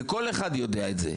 וכל אחד יודע את זה,